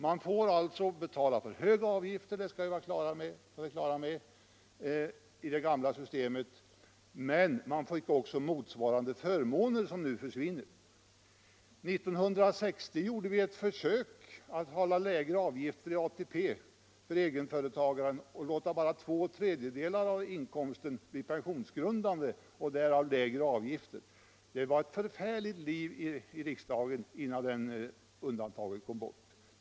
Man fick alltså enligt det gamla systemet betala för höga avgifter, det skall vi vara på det klara med, men man fick också motsvarande förmåner som nu försvinner. År 1960 gjorde vi ett försök att hålla lägre avgifter för ATP för egenföretagaren genom att låta bara två tredjedelar av inkomsten bli pensionsgrundande. Det var ett förfärligt liv i riksdagen innan det undantaget kom bort.